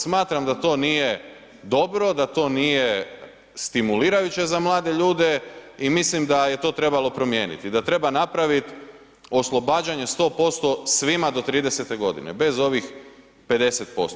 Smatram da to nije dobro, da to nije stimulirajuće za mlade ljude i mislim da je to trebalo promijeniti, da treba napravit oslobađanje 100% svima do 30.g. bez ovih 50%